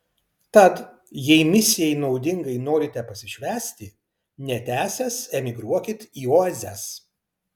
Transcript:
tad jei misijai naudingai norite pasišvęsti netęsęs emigruokit į oazes